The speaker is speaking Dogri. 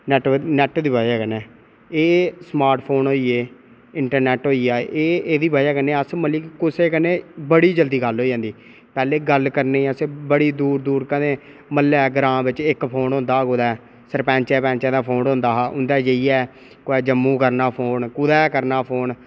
नैट दी वजह् कन्नै एह् स्मार्ट फोन होई ए इंटरनैट होइ आ एह् एह्दी वजह् कन्नै अस मतलब की कुसै कन्नै बड़ी जल्दी गल्ल होई जंदी पैह्ले गल्ल करने अस दूर दूर कदें ग्रांऽ बिच फोन होंदा हा कुदै पैंचें पैंचे दा फोन होंदा हा कुदै जम्मू करना फोन कुदै करना फोन